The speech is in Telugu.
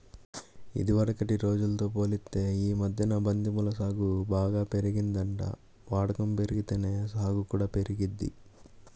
ఇదివరకటి రోజుల్తో పోలిత్తే యీ మద్దెన బంతి పూల సాగు బాగా పెరిగిందంట, వాడకం బెరిగితేనే సాగు కూడా పెరిగిద్ది